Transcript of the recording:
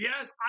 yes